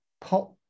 pop